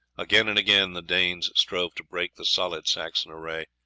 again and again the danes strove to break the solid saxon array,